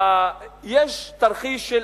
יש תרחיש של